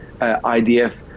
idf